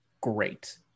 great